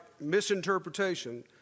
misinterpretation